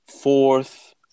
Fourth